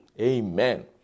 amen